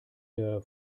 der